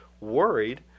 worried